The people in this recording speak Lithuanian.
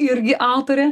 irgi autorė